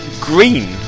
Green